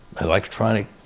electronic